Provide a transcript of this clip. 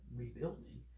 rebuilding